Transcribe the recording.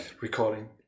recording